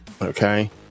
Okay